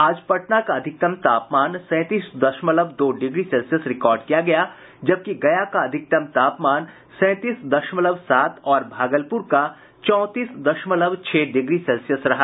आज पटना का अधिकतम तापमान सैंतीस दशमलव दो डिग्री सेल्सियस रिकार्ड किया गया जबकि गया का अधिकतम तापमान सैंतीस दशमलव सात और भागलपुर का चौंतीस दशमलव छह डिग्री सेल्सियस रहा